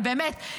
באמת,